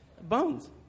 Bones